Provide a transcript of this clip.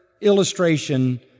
illustration